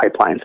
pipelines